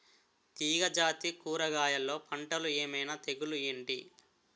తీగ జాతి కూరగయల్లో పంటలు ఏమైన తెగులు ఏంటి?